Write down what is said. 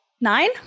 Nine